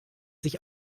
sich